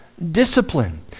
Discipline